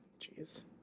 Jeez